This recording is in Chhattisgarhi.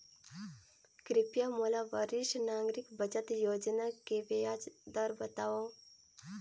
कृपया मोला वरिष्ठ नागरिक बचत योजना के ब्याज दर बतावव